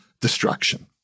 destruction